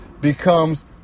becomes